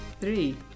three